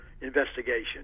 investigation